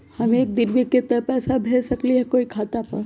हम एक दिन में केतना पैसा भेज सकली ह कोई के खाता पर?